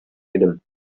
идем